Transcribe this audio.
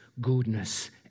goodness